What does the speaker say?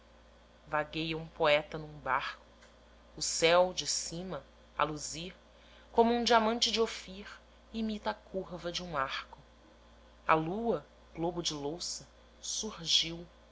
vagueia um poeta num barco o céu de cima a luzir como um diamante de ofir imita a curva de um arco a lua globo de louça surgiu